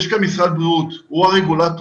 יש כאן משרד בריאות, הוא הרגולטור.